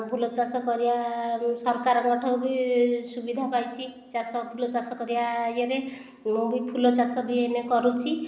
ଫୁଲ ଚାଷ କରିବାରୁ ସରକାରଙ୍କ ଠାରୁ ବି ସୁବିଧା ପାଇଛି ଚାଷ ଫୁଲ ଚାଷ କରିବା ଇଏରେ ମୁଁ ବି ଫୁଲ ଚାଷ ବି ଏବେ କରୁଛି